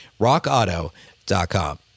rockauto.com